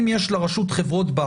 אם יש לרשות חברות בת